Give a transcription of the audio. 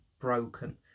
broken